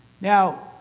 Now